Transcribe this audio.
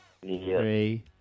three